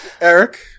Eric